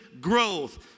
growth